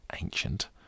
ancient